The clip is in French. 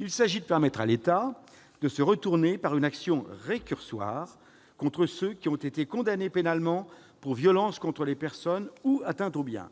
Il s'agit de permettre à l'État de se retourner, par une action récursoire, contre ceux qui ont été condamnés pénalement pour violence contre les personnes ou atteintes aux biens.